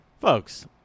Folks